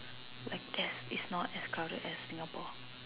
like there's not as crowded as Singapore